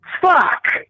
Fuck